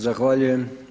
Zahvaljujem.